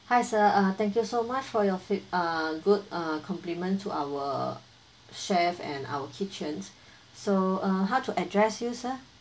hi sir uh thank you so much for your feed uh good uh compliment to our chef and our kitchens so uh how to address you sir